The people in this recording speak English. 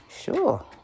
Sure